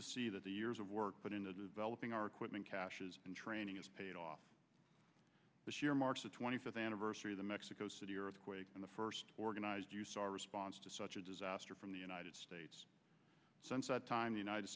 to see that the years of work put into developing our equipment caches and training is paid off this year marks the twenty fifth anniversary of the mexico city earthquake and the first organized use our response to such a disaster from the united states since that time the united